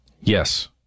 yes